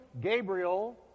Gabriel